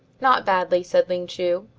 not badly, said ling chu.